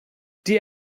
die